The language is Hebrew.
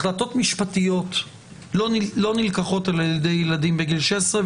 החלטות משפטיות לא נלקחות על ידי ילדים בגיל 16,